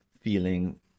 feeling